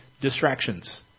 distractions